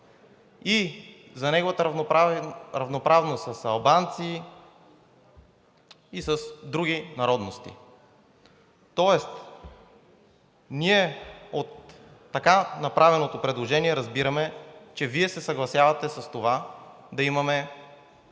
и за неговата равноправност с албанци и с други народности. Тоест ние от така направеното предложение разбираме, че Вие се съгласявате с това да имаме